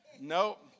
Nope